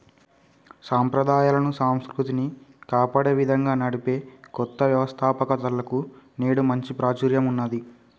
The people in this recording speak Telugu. సంప్రదాయాలను, సంస్కృతిని కాపాడే విధంగా నడిపే కొత్త వ్యవస్తాపకతలకు నేడు మంచి ప్రాచుర్యం ఉన్నది